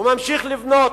הוא ממשיך לבנות,